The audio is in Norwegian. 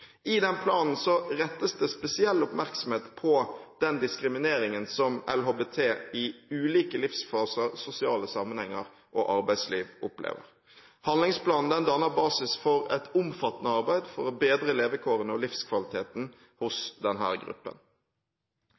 planen rettes det spesiell oppmerksomhet mot den diskrimineringen som LHBT-personer i ulike livsfaser, sosiale sammenhenger og arbeidsliv opplever. Handlingsplanen danner basis for et omfattende arbeid for å bedre levekårene og livskvaliteten for denne gruppen.